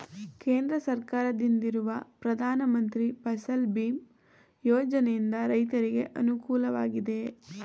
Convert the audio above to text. ಕೇಂದ್ರ ಸರ್ಕಾರದಿಂದಿರುವ ಪ್ರಧಾನ ಮಂತ್ರಿ ಫಸಲ್ ಭೀಮ್ ಯೋಜನೆಯಿಂದ ರೈತರಿಗೆ ಅನುಕೂಲವಾಗಿದೆಯೇ?